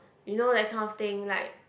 you know that kind of thing like